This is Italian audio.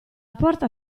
porta